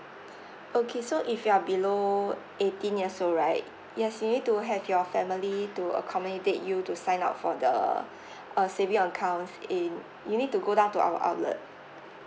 okay so if you're below eighteen years old right yes you need to have your family to accommodate you to sign up for the uh saving accounts in you need to go down to our outlet